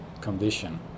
condition